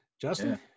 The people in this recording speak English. Justin